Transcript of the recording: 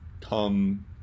come